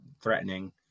threatening